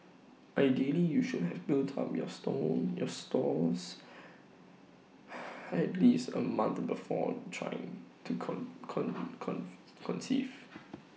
ideally you should have built up your store your stores at least A month before trying to conceive